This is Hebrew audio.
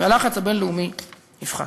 והלחץ הבין-לאומי יפחת.